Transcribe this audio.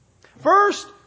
First